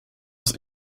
was